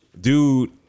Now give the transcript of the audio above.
dude